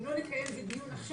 אם לא נקיים על זה דיון עכשיו,